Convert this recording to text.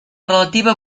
relativa